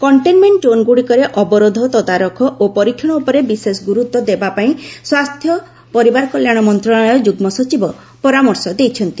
containment ଜୋନଗୁଡିକରେ ଅବରୋଧ ତଦାରଖ ଓ ପରୀକ୍ଷଣ ଉପରେ ବିଶେଷ ଗୁରତ୍ୱ ଦେବା ପାଇଁ ସ୍ୱାସ୍ଥ୍ୟ ପରିବାର କଲ୍ୟାଣ ମନ୍ତ୍ରଣାଳୟର ଯୁଗ୍ମ ସଚିବ ପରାମର୍ଶ ଦେଇଛନ୍ତି